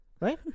right